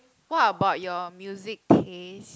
what about your music taste